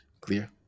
Clear